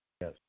Yes